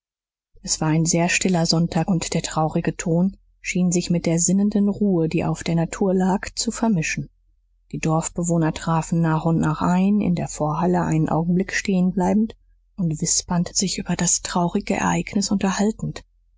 es war ein sehr stiller sonntag und der traurige ton schien sich mit der sinnenden ruhe die auf der natur lag zu vermischen die dorfbewohner trafen nach und nach ein in der vorhalle einen augenblick stehen bleibend und wispernd sich über das traurige ereignis unterhaltend